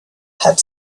had